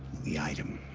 the item?